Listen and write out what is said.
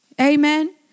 Amen